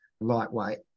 lightweight